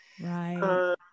Right